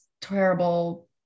terrible